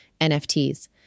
NFTs